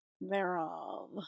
thereof